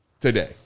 today